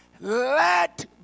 let